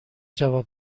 جواب